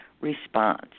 response